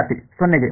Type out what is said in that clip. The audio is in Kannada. ವಿದ್ಯಾರ್ಥಿ 0 ಕ್ಕೆ